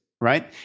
right